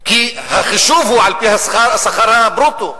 כי החישוב הוא על-פי השכר הברוטו.